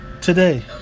today